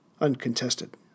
uncontested